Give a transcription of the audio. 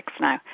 now